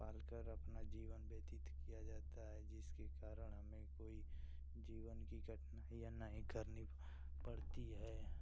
पाल कर अपना जीवन व्यतीत किया जाता है जिसके कारण हमें कोई जीवन की कठिनाइयाँ नहीं करनी पड़ती है